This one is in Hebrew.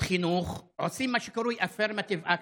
חינוך מה שקרוי affirmative action,